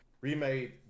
remade